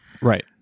Right